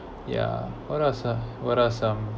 yeah what else uh what are some